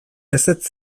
ezetz